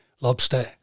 Lobster